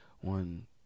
one